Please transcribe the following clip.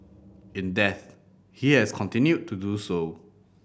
in death he has continued to do so